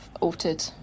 altered